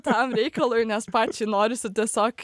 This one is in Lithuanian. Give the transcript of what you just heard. tam reikalui nes pačiai norisi tiesiog